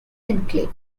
enclave